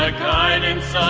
guidance.